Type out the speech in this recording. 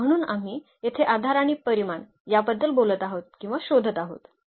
म्हणून आम्ही येथे आधार आणि परिमाण याबद्दल बोलत आहोत किंवा शोधत आहोत